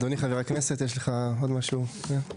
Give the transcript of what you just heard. אדוני חבר הכנסת, יש לך עוד משהו לומר?